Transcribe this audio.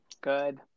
Good